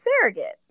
surrogate